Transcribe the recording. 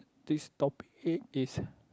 this topic is